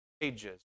Ages